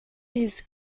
his